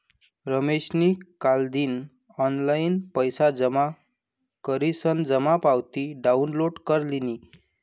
रमेशनी कालदिन ऑनलाईन पैसा जमा करीसन जमा पावती डाउनलोड कर लिनी